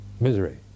Misery